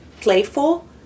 playful